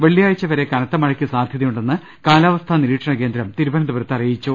വെള്ളിയാഴ്ച്ച വരെ കനത്ത മഴയ്ക്ക് സാധ്യതയുണ്ടെന്ന് കാലാവസ്ഥാ നിരീക്ഷണ കേന്ദ്രം തിരുവനന്തപുരത്ത് അറിയിച്ചു